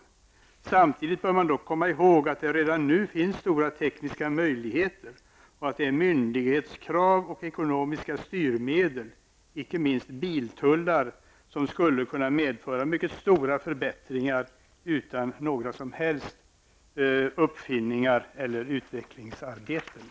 Samtidigt bör man dock komma ihåg att det redan nu finns stora tekniska möjligheter och att det är myndighetskrav och ekonomiska styrmedel -- icke minst biltullar -- som skulle kunna medföra mycket stora förbättringar utan några som helst uppfinningar eller utvecklingsarbeten.